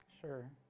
Sure